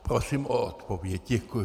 Prosím o odpověď. Děkuji.